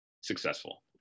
successful